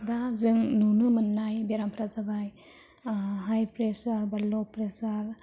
दा जों नुनो मोननाय बेरामफ्रा जाबाय हाइ प्रेसार बा ल' प्रेसार